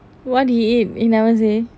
what he eat he never say